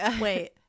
Wait